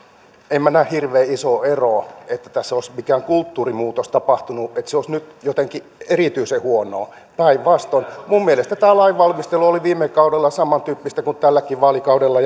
en minä näe hirveän isoa eroa että tässä olisi mikään kulttuurimuutos tapahtunut että se olisi nyt jotenkin erityisen huonoa päinvastoin minun mielestäni tämä lainvalmistelu oli viime kaudella samantyyppistä kuin on tälläkin vaalikaudella